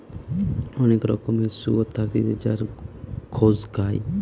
অনেক রকমের শুয়োর থাকতিছে যার গোস খায়